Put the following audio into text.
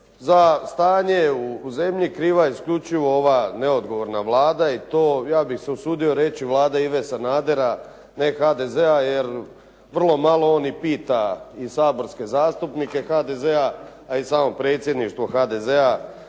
Za stanje u zemlji kriva je isključivo ova neodgovorna Vlada i to ja bih se usudio reći Vlada Ive Sanadera, ne HDZ-a, jer vrlo malo on i pita i saborske zastupnike HDZ-a, a i samo predsjedništvo HDZ-a